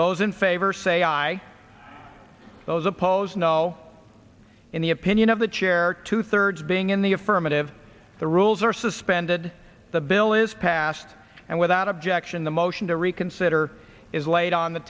those in favor say aye those opposed no in the opinion of the chair two thirds being in the affirmative the rules are suspended the bill is passed and without objection the motion to reconsider is laid on the